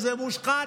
זה מושחת.